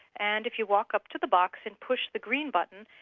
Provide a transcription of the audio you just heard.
and if you walk up to the box and push the green button,